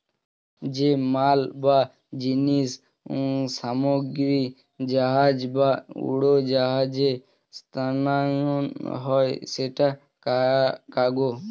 যে মাল বা জিনিস সামগ্রী জাহাজ বা উড়োজাহাজে স্থানান্তর হয় সেটা কার্গো